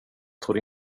trodde